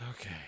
Okay